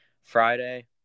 Friday